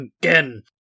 again